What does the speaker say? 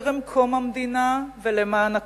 טרם קום המדינה ולמען הקמתה.